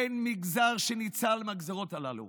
אין מגזר שניצל מהגזרות הללו.